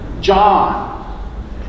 John